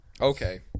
Okay